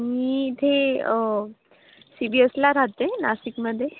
मी इथे सी बी एसला राहते नाशिकमध्ये